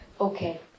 Okay